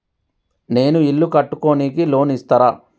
నేను ఇల్లు కట్టుకోనికి లోన్ ఇస్తరా?